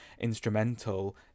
instrumental